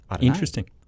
interesting